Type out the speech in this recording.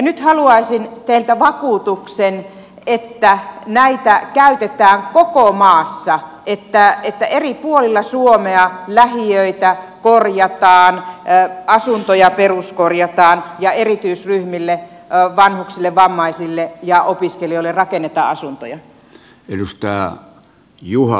nyt haluaisin teiltä vakuutuksen että näitä käytetään koko maassa että eri puolilla suomea lähiöitä korjataan asuntoja peruskorjataan ja erityisryhmille vanhuksille vammaisille ja opiskelijoille rakennetaan asuntoja